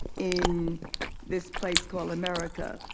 in this place called america.